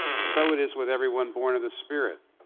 so it is with everyone born of the spirit